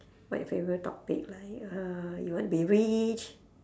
my favourite topic like uh you want to be rich